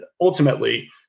ultimately